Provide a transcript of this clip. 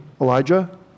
Elijah